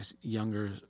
younger